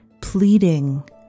pleading